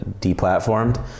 deplatformed